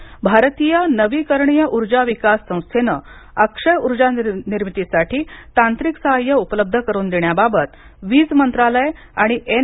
ऊर्जा भारतीय नवीकरणीय ऊर्जा विकास संस्थेनं अक्षय ऊर्जा निर्मितीसाठी तांत्रिक सहाय्य उपलब्ध करून देण्याबाबत वीज मंत्रालय आणि एन